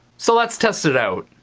so let's test it out.